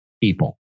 people